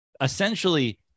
essentially